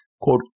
quote